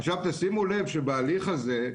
עכשיו, שימו לב שבהליך הזה,